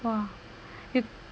!wah! you